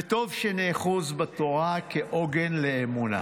וטוב שנאחז בתורה כעוגן לאמונה,